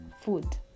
food